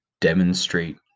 demonstrate